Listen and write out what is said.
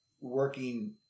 working